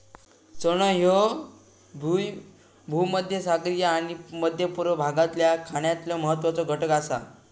चणे ह्ये भूमध्यसागरीय आणि मध्य पूर्व भागातल्या खाण्यातलो महत्वाचो घटक आसा